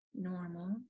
normal